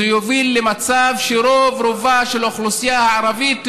זה יוביל למצב שרוב-רובה של האוכלוסייה הערבית,